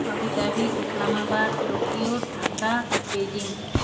Abu Dhabi Islamabad Tokyo Dhaka Beijing